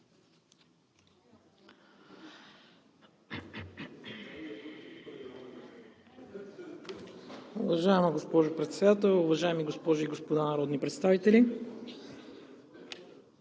Ви, госпожо Председател. Уважаеми госпожи и господа народни представители!